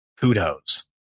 kudos